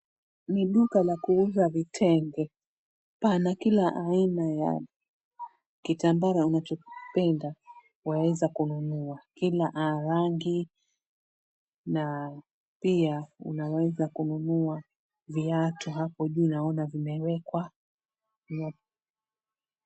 Ni duka la kuuza vitenge, pana kila aina ya kitambara unachokipenda waweza kununua, kila rangi na pia unaweza kununua viatu hapo juu naona vimewekwa.